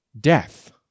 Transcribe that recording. death